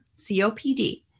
COPD